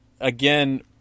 again